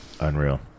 Unreal